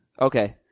Okay